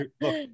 look